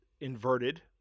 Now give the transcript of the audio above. inverted